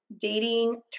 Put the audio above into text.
dating